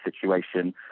situation